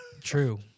True